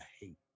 hate